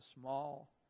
small